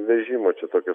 vežimo čia tokio